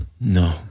no